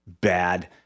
bad